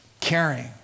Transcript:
caring